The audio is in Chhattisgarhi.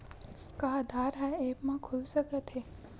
का आधार ह ऐप म खुल सकत हे?